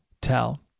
tell